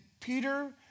Peter